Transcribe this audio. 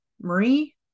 Marie